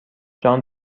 جان